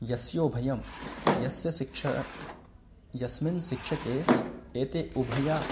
यस्योभयं यस्य सिक्ष यस्मिन् शिक्षके एते उभया